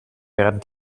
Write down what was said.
werden